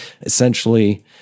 essentially